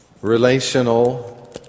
relational